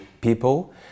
people